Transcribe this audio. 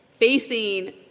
facing